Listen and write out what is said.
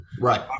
Right